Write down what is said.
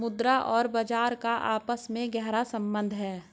मुद्रा और बाजार का आपस में गहरा सम्बन्ध है